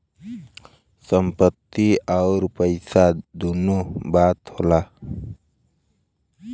संपत्ति अउर पइसा दुन्नो बात होला